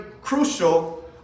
crucial